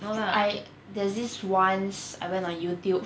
I there's this once I went on youtube